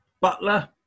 Butler